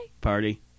party